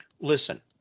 Listen